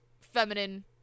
feminine